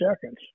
seconds